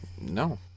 No